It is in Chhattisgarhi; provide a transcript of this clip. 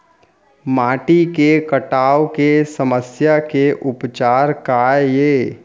माटी के कटाव के समस्या के उपचार काय हे?